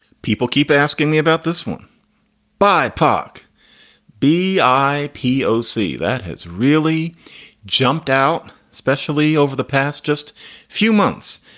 people keep asking me about this one by park b. i p o s. that has really jumped out, especially over the past just few months.